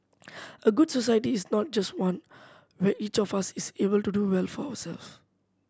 a good society is not just one where each of us is able to do well for ourselves